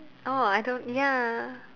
oh I don't ya